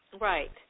Right